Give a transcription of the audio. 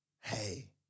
hey